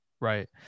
Right